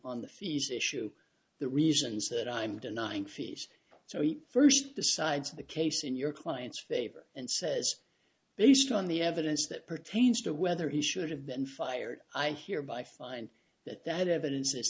on the fees issue the reasons that i'm denying fees so he first decides the case in your client's favor and says based on the evidence that pertains to whether he should have been fired i hereby find that that evidence is